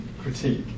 critique